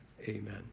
Amen